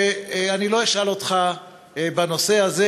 ואני לא אשאל אותך בנושא הזה,